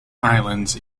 islands